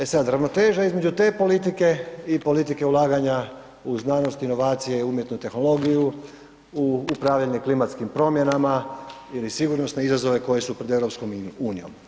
E sad, ravnoteža između te politike i politike ulaganja u znanost, inovacije i umjetnu tehnologiju, u upravljanje klimatskih promjenama ili sigurnosne izazove koji su pod EU.